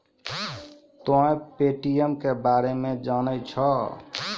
तोंय पे.टी.एम के बारे मे जाने छौं?